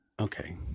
Okay